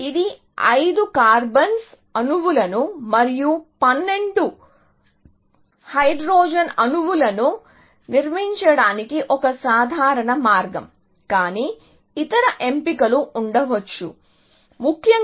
ఈ 5 కార్బన్ అణువులను మరియు 12 హైడ్రోజన్ అణువులను నిర్వహించడానికి ఒక సాధారణ మార్గం కానీ ఇతర ఎంపికలు ఉండవచ్చు ముఖ్యంగా